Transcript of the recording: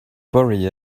bury